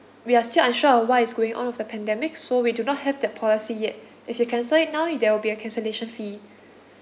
we are still unsure what is going on of the pandemic so we do not have that policy yet if you cancel it now there will be a cancellation fee